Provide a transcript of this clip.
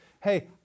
hey